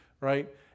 right